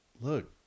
look